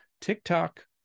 TikTok